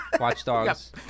Watchdogs